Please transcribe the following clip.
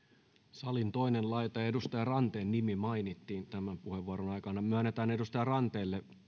salin toinen laita ja edustaja ranteen nimi mainittiin tämän puheenvuoron aikana myönnetään edustaja ranteelle yhden